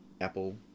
Apple